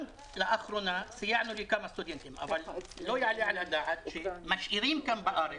גם לאחרונה סייענו לכמה סטודנטים אבל לא יעלה על הדעת שמשאירים כאן בארץ